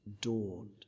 dawned